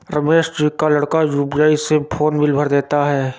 रमेश जी का लड़का यू.पी.आई से फोन बिल भर देता है